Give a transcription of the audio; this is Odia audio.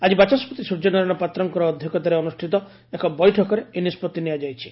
ଆଜି ବାଚସ୍ୱତି ସ୍ପର୍ଯ୍ୟନାରାୟଶ ପାତ୍ରଙ୍କ ଅଧ୍ଘକ୍ଷତାରେ ଅନୁଷିତ ଏକ ବୈଠକରେ ଏହି ନିଷ୍ବଉ ନିଆଯାଇଛି